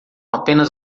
apenas